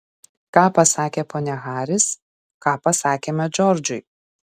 ką pasakė ponia haris ką pasakėme džordžui